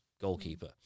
goalkeeper